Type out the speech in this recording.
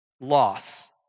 loss